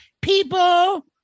People